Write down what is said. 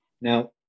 Now